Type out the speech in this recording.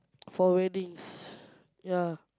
for weddings ya